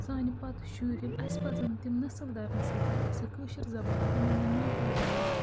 سانہِ پَتہٕ شُرۍ یِن اَسہِ پَزَن تِم نٔسٕل دَر نٔسٕل پَزِ اَسہِ یہِ کٲشِر زَبان پَنٕنۍ یہِ نیٹِو زَبان